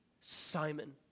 Simon